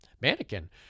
Mannequin